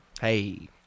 Hey